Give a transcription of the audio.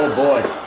boy,